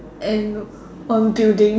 and on building